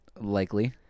likely